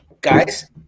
guys